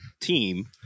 team